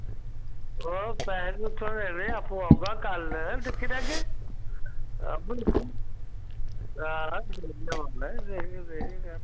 ओह् पैसे कुत्थूं देने आपो औगा कल दिक्खी लैगे आपू दस्सो हां आपू औगा दिक्खगे दिक्खगे